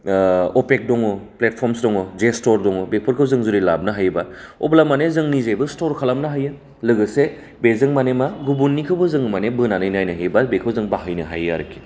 ओ अपेक दङ फ्लेटफर्म्स दङ प्लेस्टर दङ बेफोरखौ जों जेरै लाबनो हायोब्ला अब्ला माने जों निजेबो स्टर खालामनो हायो लोगोसे बेजों माने मा गुबुननिखौबो माने जों बोनानै नायनो हायो बा बेखौ जों बाहायनो हायो आरखि